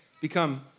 become